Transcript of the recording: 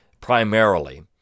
primarily